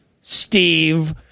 Steve